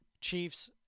Chiefs